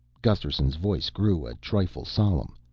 gusterson's voice grew a trifle solemn.